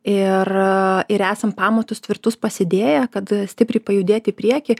ir ir esam pamatus tvirtus pasidėję kad stipriai pajudėti į priekį